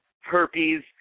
herpes